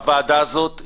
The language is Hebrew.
הוועדה הזאת,